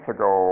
ago